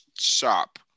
shop